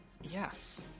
Yes